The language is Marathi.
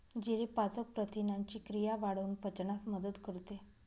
जिरे पाचक प्रथिनांची क्रिया वाढवून पचनास मदत करते